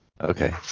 Okay